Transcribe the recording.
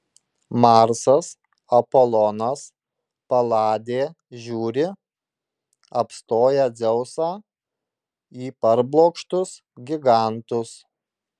marsas apolonas paladė žiūri apstoję dzeusą į parblokštus gigantus